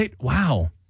Wow